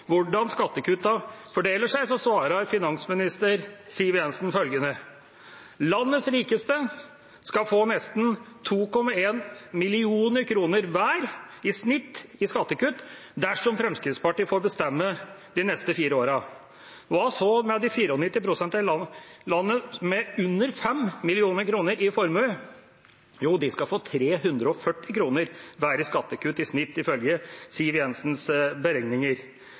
hvordan skattekuttene fordeler seg, svarer finansminister Siv Jensen at landets rikeste skal få nesten 2,1 mill. kr hver i snitt i skattekutt dersom Fremskrittspartiet får bestemme de neste fire årene. Hva så med de 94 pst. i landet med under 5 mill. kr i formue? Jo, de skal få 340 kr hver i skattekutt i snitt ifølge Siv Jensens beregninger.